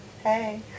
Hey